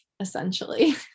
essentially